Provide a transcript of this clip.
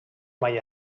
mai